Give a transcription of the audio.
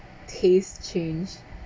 taste change